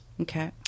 Okay